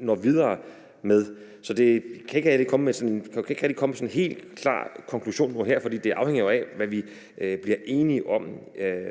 når videre med. Så jeg kan ikke rigtig komme med en helt klar konklusion på det her, for det afhænger jo af, hvad vi bliver enige om